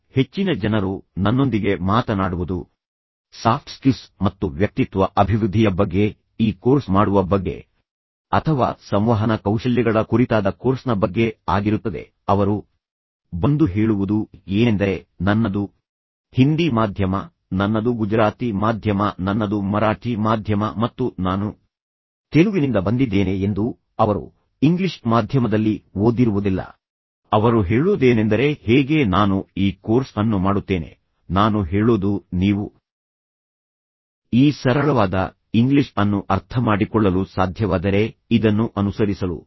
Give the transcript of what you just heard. ಆದ್ದರಿಂದ ಹೆಚ್ಚಿನ ಜನರು ನನ್ನೊಂದಿಗೆ ಮಾತನಾಡುವುದು ಸಾಫ್ಟ್ ಸ್ಕಿಲ್ಸ್ ಮತ್ತು ವ್ಯಕ್ತಿತ್ವ ಅಭಿವೃದ್ಧಿಯ ಬಗ್ಗೆ ಈ ಕೋರ್ಸ್ ಮಾಡುವ ಬಗ್ಗೆ ಅಥವಾ ಸಂವಹನ ಕೌಶಲ್ಯಗಳ ಕುರಿತಾದ ಕೋರ್ಸ್ನ ಬಗ್ಗೆ ಆಗಿರುತ್ತದೆ ಅವರು ಬಂದು ಹೇಳುವುದು ಏನೆಂದರೆ ನನ್ನದು ಹಿಂದಿ ಮಾಧ್ಯಮ ನನ್ನದು ಗುಜರಾತಿ ಮಾಧ್ಯಮ ನನ್ನದು ಮರಾಠಿ ಮಾಧ್ಯಮ ಮತ್ತು ನಾನು ತೆಲುಗಿನಿಂದ ಬಂದಿದ್ದೇನೆ ಎಂದು ಅವರು ಇಂಗ್ಲಿಷ್ ಮಾಧ್ಯಮದಲ್ಲಿ ಓದಿರುವುದಿಲ್ಲ ಅವರು ಹೇಳೋದೇನೆಂದರೆ ಹೇಗೆ ನಾನು ಈ ಕೋರ್ಸ್ ಅನ್ನು ಮಾಡುತ್ತೇನೆ ನಾನು ಹೇಳೋದು ನೀವು ಈ ಸರಳವಾದ ಇಂಗ್ಲಿಷ್ ಅನ್ನು ಅರ್ಥಮಾಡಿಕೊಳ್ಳಲು ಸಾಧ್ಯವಾದರೆ ಇದನ್ನು ಅನುಸರಿಸಲು ಸಾಧ್ಯವಾಗುತ್ತದೆ